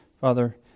Father